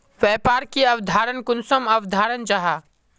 व्यापार की अवधारण कुंसम अवधारण जाहा?